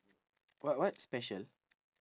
what what special